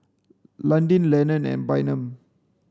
Landin Lenon and Bynum